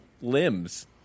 limbs